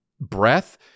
breath